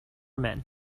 men